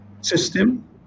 system